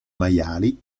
maiali